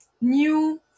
new